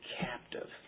captive